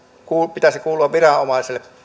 pitäisi kuulua viranomaisille